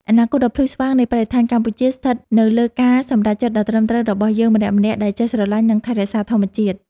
អនាគតដ៏ភ្លឺស្វាងនៃបរិស្ថានកម្ពុជាស្ថិតនៅលើការសម្រេចចិត្តដ៏ត្រឹមត្រូវរបស់យើងម្នាក់ៗដែលចេះស្រឡាញ់ និង ថែរក្សាធម្មជាតិ។